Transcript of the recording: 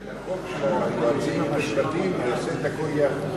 זה נכון, שהיועצים המשפטיים עושים את הכול יחד.